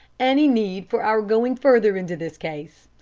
any need for our going further into this case.